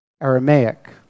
Aramaic